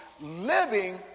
living